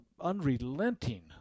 unrelenting